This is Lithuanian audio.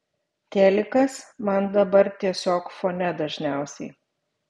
telikas man dabar tiesiog fone dažniausiai